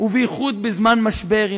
בייחוד בזמן משבר.